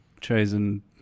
Chosen